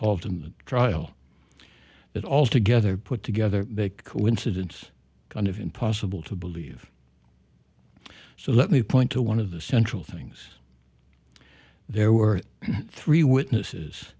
all of them the trial that all together put together big coincidence kind of impossible to believe so let me point to one of the central things there were three witnesses